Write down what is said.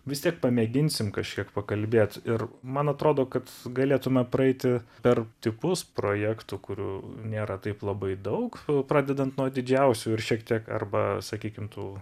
vis tiek pamėginsim kažkiek pakalbėt ir man atrodo kad galėtume praeiti per tipus projektų kurių nėra taip labai daug pradedant nuo didžiausių ir šiek tiek arba sakykim tų